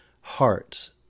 heart